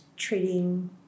treating